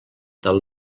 del